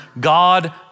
God